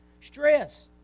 Stress